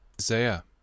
Isaiah